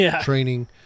training